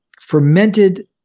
fermented